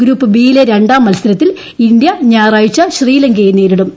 group B യിലെ രണ്ടാം മത്സരത്തിൽ ഇന്ത്യ ഞായറാഴ്ച ശ്രീലങ്കയെ നേരിടും